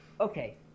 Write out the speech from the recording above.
Okay